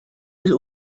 will